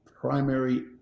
primary